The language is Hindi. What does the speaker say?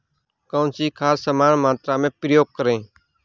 कौन सी खाद समान मात्रा में प्रयोग करें?